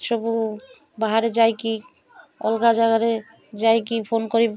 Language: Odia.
ସବୁ ବାହାରେ ଯାଇକି ଅଲଗା ଜାଗାରେ ଯାଇକି ଫୋନ କରି